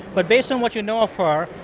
but based on what you know of her,